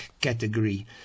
category